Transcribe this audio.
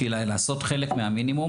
לעשות חלק מהמינימום,